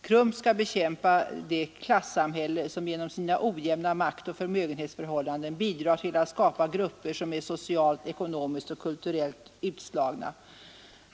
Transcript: KRUM skall bekämpa ”det klassamhälle som genom sina ojämna maktoch förmögenhetsförhållanden bidrar till att skapa grupper som är socialt, ekonomiskt och kulturellt utslagna”.